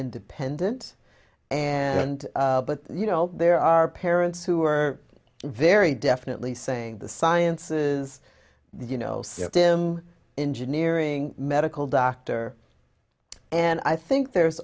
independent and but you know there are parents who are very definitely saying the sciences you know see him engineering medical doctor and i think there's